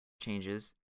changes